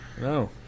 No